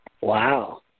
wow